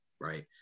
right